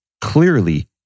clearly